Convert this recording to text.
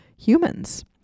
humans